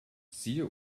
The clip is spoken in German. siehe